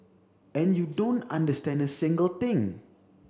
and you don't understand a single thing